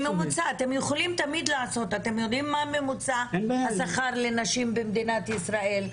אתם יודעים מה ממוצע השכר לנשים במדינת ישראל,